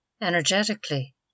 energetically